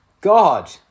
God